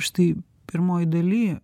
štai pirmoj daly